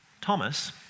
Thomas